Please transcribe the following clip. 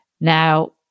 Now